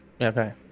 Okay